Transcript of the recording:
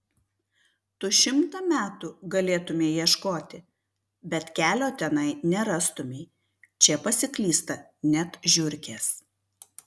tu šimtą metų galėtumei ieškoti bet kelio tenai nerastumei čia pasiklysta net žiurkės